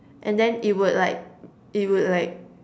and then it would like it would like